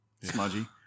Smudgy